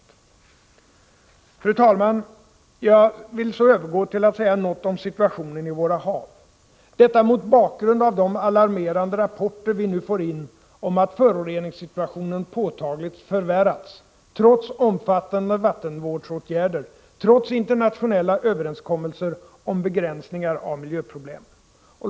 Fru talman! Jag vill så övergå till att säga något om situationen i våra hav — detta mot bakgrund av de alarmerande rapporter vi nu får in om att föroreningssituationen påtagligt förvärrats, trots omfattande vattenvårdsåtgärder, trots internationella överenskommelser om begränsningar av miljöproblemen.